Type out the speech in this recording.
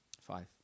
Five